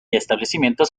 establecimientos